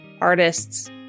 artists